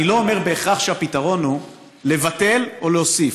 אני לא אומר שבהכרח הפתרון הוא לבטל או להוסיף.